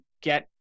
get